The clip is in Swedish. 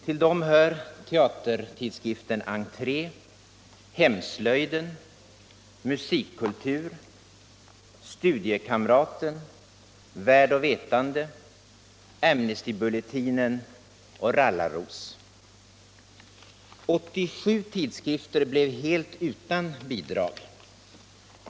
Till dem hör teatertidskriften Entre, Hemslöjden, Mu 87 tidskrifter blev helt utan bidrag.